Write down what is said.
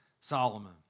Solomon